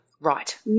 Right